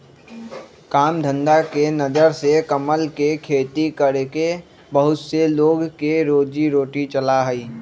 काम धंधा के नजर से कमल के खेती करके बहुत से लोग के रोजी रोटी चला हई